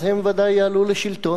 אז הם ודאי יעלו לשלטון.